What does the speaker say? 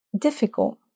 difficult